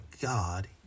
God